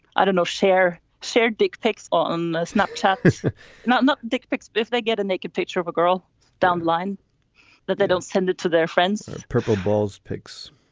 i don't know, share, share dick pics on snapchat. not not dick pics. if they get a naked picture of a girl online that they don't send it to their friends. purple balls, pics,